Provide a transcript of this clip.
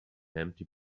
empty